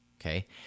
Okay